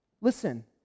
Listen